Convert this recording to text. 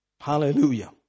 Hallelujah